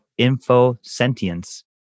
InfoSentience